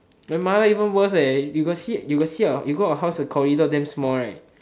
my mother even worse eh you got see you got see you go our house the corridor damn small right